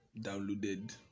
downloaded